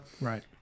right